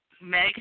Meg